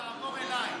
תעבור אליי.